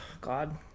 god